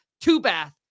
two-bath